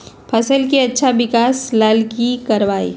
फसल के अच्छा विकास ला की करवाई?